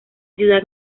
ciudad